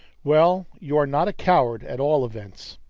well, you are not a coward, at all events!